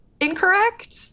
incorrect